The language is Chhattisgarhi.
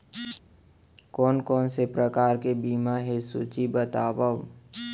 कोन कोन से प्रकार के बीमा हे सूची बतावव?